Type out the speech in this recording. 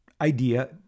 idea